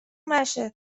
نشه